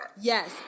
Yes